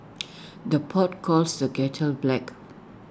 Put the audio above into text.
the pot calls the kettle black